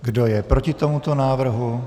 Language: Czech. Kdo je proti tomuto návrhu?